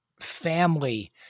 family